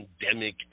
pandemic